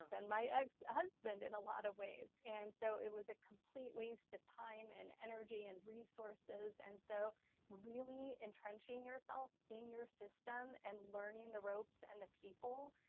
my ex-husband in a lot of ways. and so it was a complete waste of time and energy and resources. and so really entrenching yourself in your system and learning the ropes and the people,